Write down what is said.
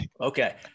Okay